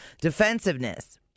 Defensiveness